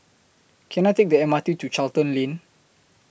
Can I Take The M R T to Charlton Lane